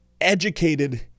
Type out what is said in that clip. educated